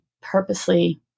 purposely